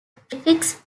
prefix